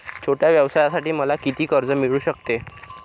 छोट्या व्यवसायासाठी मला किती कर्ज मिळू शकते?